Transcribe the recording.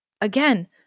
again